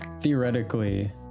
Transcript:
theoretically